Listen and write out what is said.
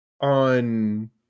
on